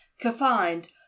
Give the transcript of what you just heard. confined